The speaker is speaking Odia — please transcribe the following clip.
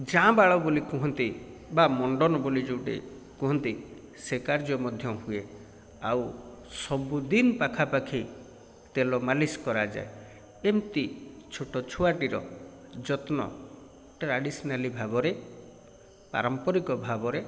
ଯାଆଁ ବାଳ ବୋଲି କୁହନ୍ତି ବା ମଣ୍ଡନ ବୋଲି ଯୋଉଟି କୁହନ୍ତି ସେ କାର୍ଯ୍ୟ ମଧ୍ୟ ହୁଏ ଆଉ ସବୁଦିନ ପାଖାପାଖି ତେଲ ମାଲିଶ କରାଯାଏ ଏମିତି ଛୋଟ ଛୁଆଟିର ଯତ୍ନ ଟ୍ରାଡ଼ିଶନାଲି ଭାବରେ ପାରମ୍ପରିକ ଭାବରେ